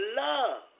love